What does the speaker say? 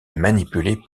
manipulé